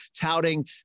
touting